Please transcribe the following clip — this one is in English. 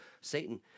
Satan